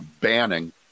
banning